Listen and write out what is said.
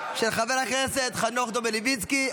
של חבר הכנסת חנוך דב מלביצקי.